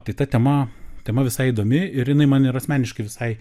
tai ta tema tema visai įdomi ir jinai man ir asmeniškai visai